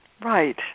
Right